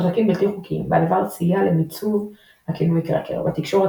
והדבר סייע למיצוב הכינוי "קראקר" בתקשורת